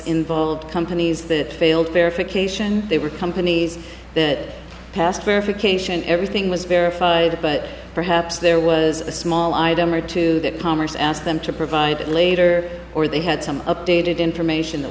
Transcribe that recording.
involve companies that failed verification they were companies that passed verification everything was verified but perhaps there was a small item or two that commerce asked them to provide it later or they had some updated information that